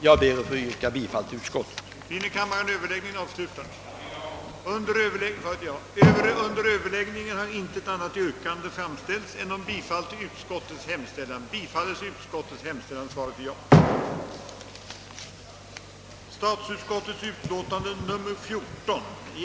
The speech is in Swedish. Jag ber att få yrka bifall till utskottets förslag.